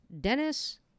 Dennis